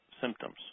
symptoms